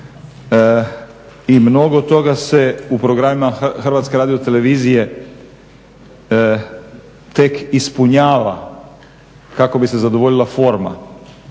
i mnogo toga se u programima HRT-a tek ispunjava kako bi se zadovoljila forma.